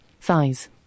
thighs